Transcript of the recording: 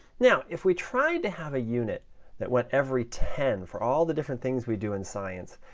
now if we tried to have a unit that went every ten for all the different things we do in science,